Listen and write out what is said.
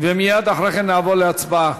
ומייד אחרי כן נעבור להצבעה.